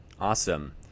Awesome